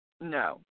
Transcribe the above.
no